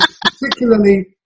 particularly